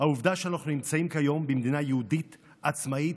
העובדה שאנחנו נמצאים כיום במדינה יהודית עצמאית,